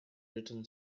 written